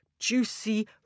juicy